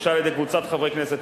שהוגשה על-ידי קבוצת חברי כנסת,